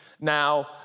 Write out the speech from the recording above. now